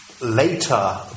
later